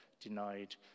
denied